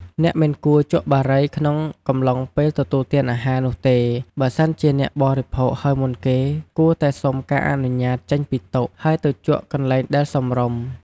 អ្នកមិនគួរ ជក់បារីក្នុងកំឡុងពេលទទួលទានអាហារ នោះទេ បើសិនជាអ្នកបរិភោគហើយមុនគេ គួរតែសំុការអនុញ្ញតចេញពីតុ ហើយទៅជក់កន្លែងដែលសមរម្យ។